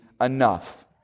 enough